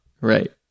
right